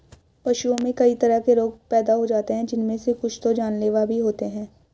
पशुओं में कई तरह के रोग पैदा हो जाते हैं जिनमे से कुछ तो जानलेवा भी होते हैं